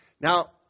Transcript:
Now